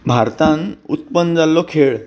भारतांत उत्पन्न जाल्लो खेळ